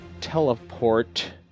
teleport